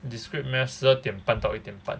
discrete math 十二点半到一点半